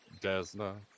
Desna